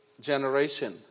generation